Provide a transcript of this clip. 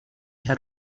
had